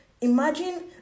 Imagine